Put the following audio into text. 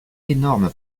énorme